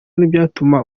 ntibyatuma